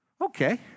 okay